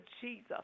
Jesus